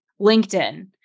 LinkedIn